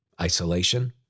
isolation